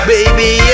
Baby